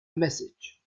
message